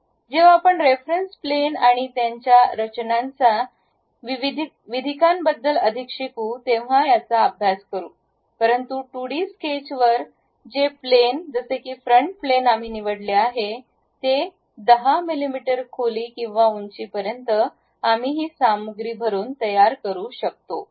जेव्हा आपण reference plane आणि त्याच्या रचनांच्या विधिकांबद्दल अधिक शिकू तेव्हा याचा अभ्यास करू परंतु 2 डी स्केच वर जे प्लेन जसे की फ्रंट प्लेन आम्ही निवडले आहे ते 10 मिमी खोली किंवा उंचीपर्यंत आम्ही ही सामग्री भरून तयार करू शकतो